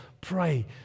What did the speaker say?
pray